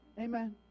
Amen